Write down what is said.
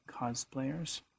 cosplayers